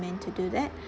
men to do that